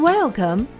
Welcome